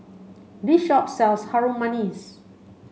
this shop sells Harum Manis